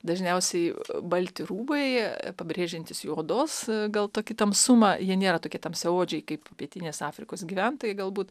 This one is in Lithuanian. dažniausiai balti rūbai pabrėžiantys jų odos gal tokį tamsumą jie nėra tokie tamsiaodžiai kaip pietinės afrikos gyventojai galbūt